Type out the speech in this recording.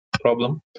problem